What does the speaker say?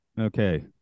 Okay